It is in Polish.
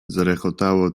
zarechotało